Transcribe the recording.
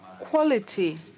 quality